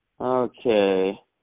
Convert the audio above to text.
Okay